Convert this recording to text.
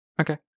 Okay